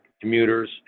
commuters